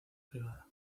privada